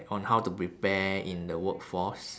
on how to prepare in the workforce